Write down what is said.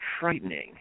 frightening